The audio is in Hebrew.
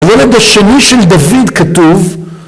הילד השני של דוד כתוב